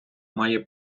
має